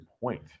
point